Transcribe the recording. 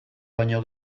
baino